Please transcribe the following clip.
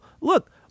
look